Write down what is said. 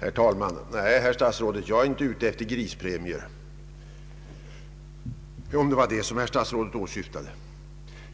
Herr talman! Nej, herr statsråd, jag är inte ute efter grispremier, om det var dem herr statsrådet åsyftade.